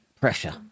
pressure